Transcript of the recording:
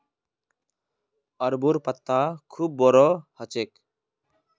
अरबोंर पत्ता खूब बोरो ह छेक